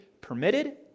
permitted